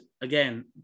again